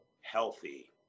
healthy